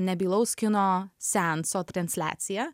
nebylaus kino seanso transliacija